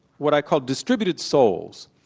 what i call distributed souls.